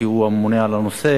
כי הוא הממונה על הנושא,